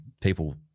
people